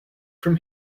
from